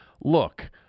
look –